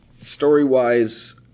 story-wise